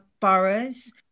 boroughs